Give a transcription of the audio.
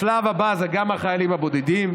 השלב הבא זה גם החיילים הבודדים,